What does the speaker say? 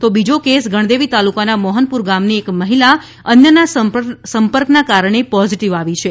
તો બીજો કેસ ગણદેવી તાલુકાના મોહનપુર ગામની એક મહિલા અન્યના સંપર્કના કારણે પોઝીટીવ આવી છે